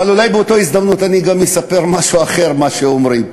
אבל אולי באותה הזדמנות אני גם אספר משהו אחר ממה שאומרים.